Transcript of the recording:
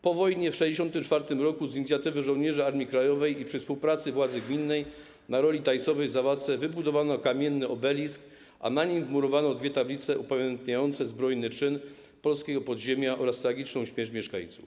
Po wojnie w 1964 r. z inicjatywy żołnierzy Armii Krajowej i przy współpracy władzy gminnej na roli Tajsowej w Zawadce wybudowano kamienny obelisk, a na nim wmurowano dwie tablice upamiętniające zbrojny czyn polskiego podziemia oraz tragiczną śmierć mieszkańców.